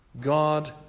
God